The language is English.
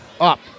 up